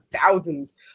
thousands